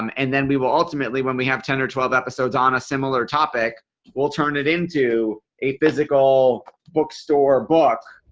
um and then we will ultimately when we have ten or twelve episodes on a similar topic we'll turn it into a physical bookstore. book.